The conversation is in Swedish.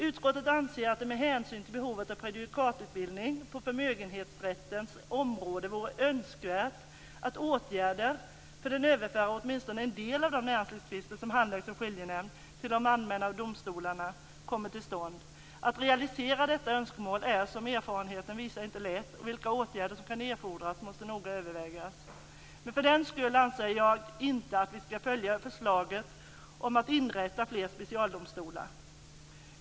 Utskottet anser att det med hänsyn till behovet av prejudikatbildning på förmögenhetsrättens område vore önskvärt att åtgärder för att överföra åtminstone en del av de näringslivstvister som handläggs av skiljenämnd till de allmänna domstolarna kommer till stånd. Att realisera detta önskemål är, som erfarenheten visar, inte lätt, och vilka åtgärder som kan erfordras måste noga övervägas. Men för den skull anser jag inte att vi skall följa förslaget att inrätta fler specialdomstolar.